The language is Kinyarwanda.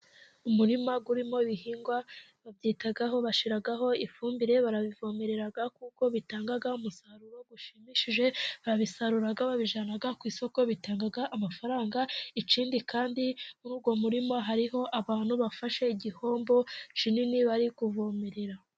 Umurima urimo ibihingwa, babyitaho bashyiraho ifumbire. Barabivomerera kuko bitanga umusaruro ushimishije. Babisarura babijyana ku isoko, bitanga amafaranga. Ikindi kandi muri uwo murima hariho abantu bafashe igihombo kinini bari kuvomerera.